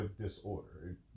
Disorder